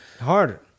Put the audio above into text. harder